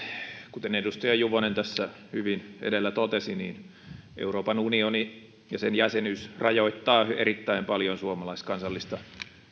kuten edustaja juvonen hyvin edellä totesi niin euroopan unioni ja sen jäsenyys rajoittaa erittäin paljon suomalaiskansallista